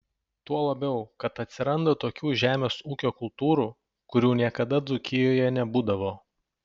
tuo labiau kad atsiranda tokių žemės ūkio kultūrų kurių niekada dzūkijoje nebūdavo